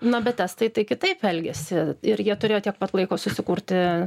na bet estai tai kitaip elgiasi ir jie turėjo tiek pat laiko susikurti